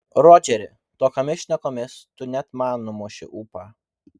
rodžeri tokiomis šnekomis tu net man numuši ūpą